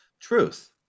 truth